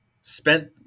spent